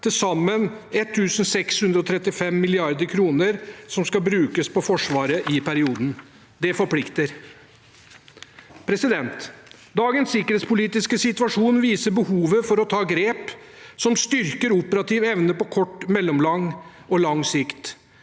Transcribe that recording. til sammen 1 635 mrd. kr som skal brukes på Forsvaret i perioden. Det forplikter. Dagens sikkerhetspolitiske situasjon viser behovet for å ta grep som styrker operativ evne på kort, mellomlang og lang sikt.